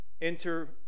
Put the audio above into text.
Enter